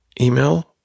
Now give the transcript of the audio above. Email